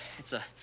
it's a.